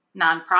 nonprofit